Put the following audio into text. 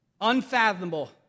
Unfathomable